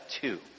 two